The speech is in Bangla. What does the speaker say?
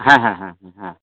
হ্যাঁ হ্যাঁ হ্যাঁ হ্যাঁ হ্যাঁ